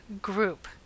group